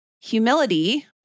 Humility